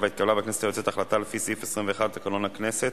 רוב החברים כבר אינם חברי כנסת,